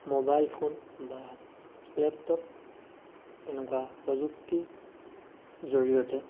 mobile phone বা laptop এনেকুৱা প্ৰযুক্তি জৰিয়তে